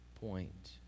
point